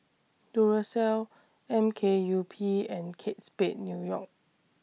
Duracell M K U P and Kate Spade New York